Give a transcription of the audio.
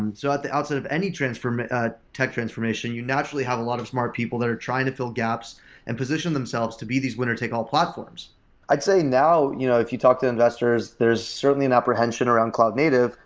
um so at the outset of any ah tech transformation, you naturally have a lot of smart people that are trying to fill gaps and position themselves to be these winner take all platforms i'd say, now, you know if you talk to investors, there's certainly an apprehension around cloud native.